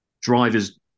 drivers